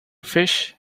fish